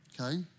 okay